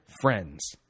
friends